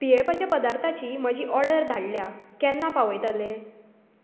पियेवपाचे पदार्थाची म्हजी ऑर्डर धाडल्या केन्ना पावयतले